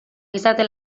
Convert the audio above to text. gizarte